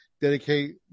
dedicate